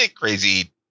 crazy